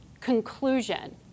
conclusion